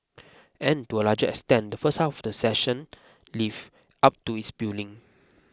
and to a large extent the first half the session lived up to its billing